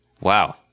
Wow